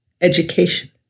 education